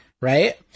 Right